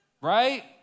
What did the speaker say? right